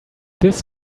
this